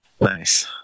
Nice